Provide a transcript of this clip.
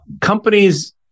companies